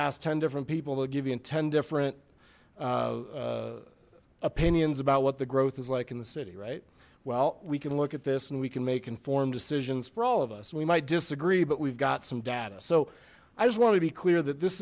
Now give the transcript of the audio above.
asked ten different people they'll give you in ten different opinions about what the growth is like in the city right well we can look at this and we can make informed decisions for all of us we might disagree but we've got some data so i just want to be clear that this